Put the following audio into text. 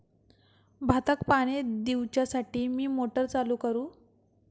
भाताक पाणी दिवच्यासाठी मी मोटर चालू करू?